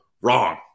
wrong